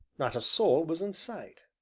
not a soul was in sight.